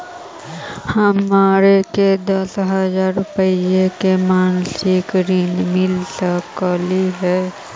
हमरा के दस हजार रुपया के मासिक ऋण मिल सकली हे?